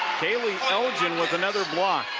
elgin with another block.